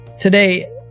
today